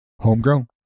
Homegrown